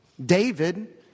David